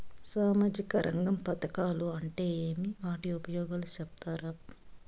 సామాజిక రంగ పథకాలు అంటే ఏమి? వాటి ఉపయోగాలు సెప్తారా?